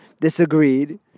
disagreed